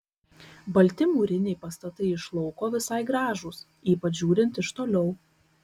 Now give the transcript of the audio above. balti mūriniai pastatai iš lauko visai gražūs ypač žiūrint iš toliau